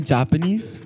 Japanese